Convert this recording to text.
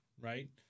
right